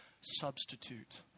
substitute